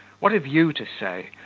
what have you to say?